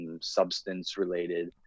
substance-related